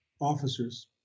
officers